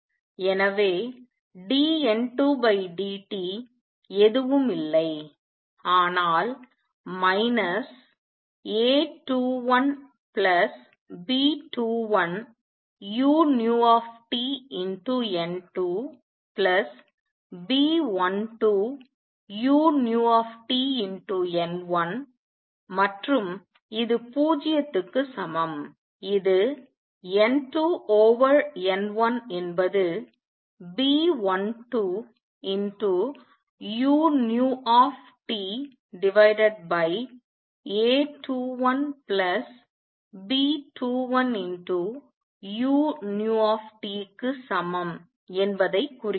எனவே dN2dt எதுவும் இல்லை ஆனால் A21B21uTN2B12uTN1 மற்றும் இது 0 க்கு சமம் இது N2 over N1 என்பது B12uTA21B21uT க்கு சமம் என்பதைக் குறிக்கிறது